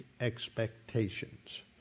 expectations